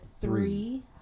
three